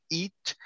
eat